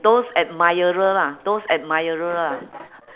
those admirer lah those admirer lah